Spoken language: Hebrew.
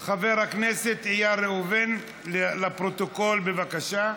את חבר הכנסת איל בן ראובן, לפרוטוקול, בבקשה.